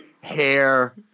hair